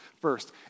First